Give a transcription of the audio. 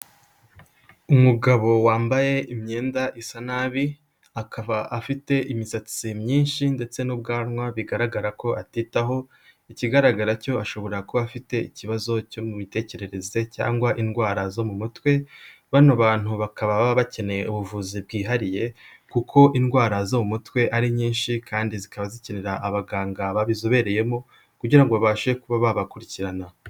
Umugabo wambaye imyenda isa nabi, akaba afite imisatsi myinshi ndetse n'ubwanwa bigaragara ko atitaho, ikigaragara cyo ashobora kuba afite ikibazo cyo mu mitekerereze cyangwa indwara zo mu mutwe, bano bantu bakaba baba bakeneye ubuvuzi bwihariye kuko indwara zo mu mutwe ari nyinshi kandi zikaba zikenera abaganga babizobereyemo kugira ngo babashe kuba babakurikirana.